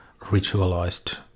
ritualized